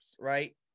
right